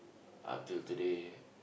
up till today